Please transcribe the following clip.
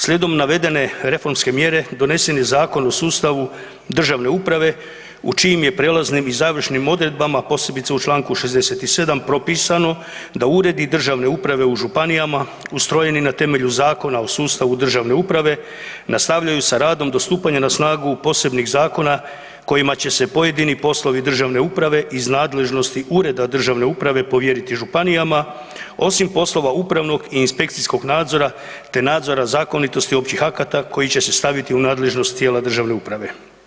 Slijedom navedene reformske mjere donesen je Zakon o sustavu državne uprave u čijim je prijelaznim i završnim odredbama posebice u članku 67. propisano da uredi državne uprave u županijama ustrojeni na temelju Zakona o sustavu državne uprave nastavljaju sa radom do stupanja na snagu posebnih zakona kojima će se pojedini poslovi državne uprave iz nadležnosti ureda državne uprave povjeriti županijama osim poslova upravnog i inspekcijskog nadzora te nazora zakonitosti općih akata koji će se staviti u nadležnost tijela državne uprave.